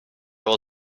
will